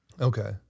Okay